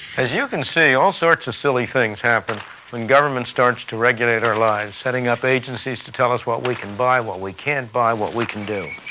as you can see all sorts of silly things happen when government starts to regulate our lives, setting up agencies to tell us what we can buy, what we can't buy, what we can do.